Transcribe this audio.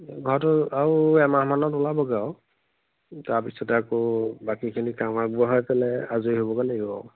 ঘৰটো আৰু এমাহ মানত ওলাবগে আৰু তাৰপিছত আকৌ বাকীখিনি কাম আগবঢ়াই পেলাই আজৰি হ'বগৈ লাগিব আৰু